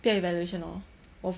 peer evaluation hor 我